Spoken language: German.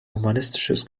humanistisches